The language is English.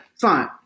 fine